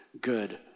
good